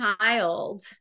child